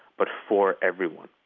but for everyone,